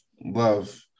love